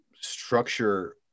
structure